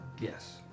Yes